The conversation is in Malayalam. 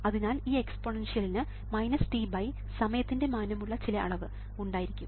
അതിനാൽ ഈ എക്സ്പോണൻഷ്യലിന് tസമയത്തിന്റെ മാനമുള്ള ചില അളവ് ഉണ്ടായിരിക്കും